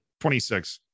26